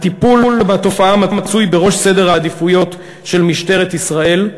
הטיפול בתופעה מצוי בראש סדר העדיפויות של משטרת ישראל,